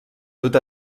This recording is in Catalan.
dut